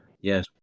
Yes